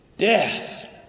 death